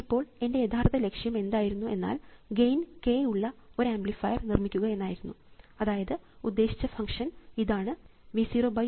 ഇപ്പോൾ എൻറെ യഥാർത്ഥ ലക്ഷ്യം എന്തായിരുന്നു എന്നാൽ ഗെയിൻ k ഉള്ള ഒരു ആംപ്ലിഫയർ നിർമ്മിക്കുക എന്നായിരുന്നു അതായത് ഉദ്ദേശിച്ച ഫംഗ്ഷൻ ഇതാണ് V 0 V i സമം k